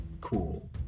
Cool